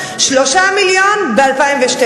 3 מיליון ב-2012,